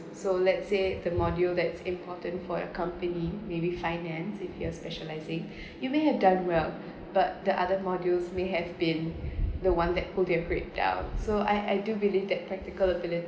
so let's say the module that's important for a company maybe finance if you're specialising you may have done well but the other modules may have been the one that pull your credit down so I I do believe that practical ability